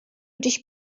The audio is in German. dich